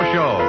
Show